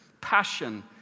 passion